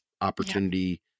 opportunity